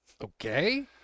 Okay